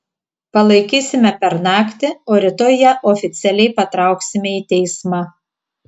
palaikysime per naktį o rytoj ją oficialiai patrauksime į teismą